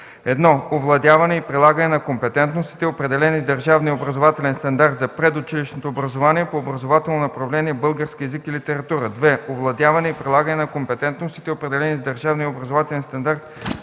в: 1. овладяване и прилагане на компетентностите, определени с държавния образователен стандарт за предучилищното образование по образователно направление „Български език и литература”; 2. овладяване и прилагане на компетентностите, определени с държавния образователен стандарт